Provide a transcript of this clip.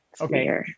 Okay